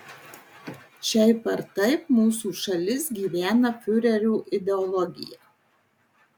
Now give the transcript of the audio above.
šiaip ar taip mūsų šalis gyvena fiurerio ideologija